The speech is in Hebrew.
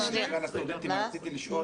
רציתי לשאול,